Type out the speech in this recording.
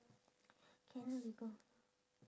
can ah we go